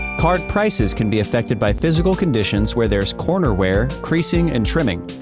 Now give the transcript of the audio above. card prices can be affected by physical conditions where there's corner wear, creasing, and trimming.